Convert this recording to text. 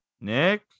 Nick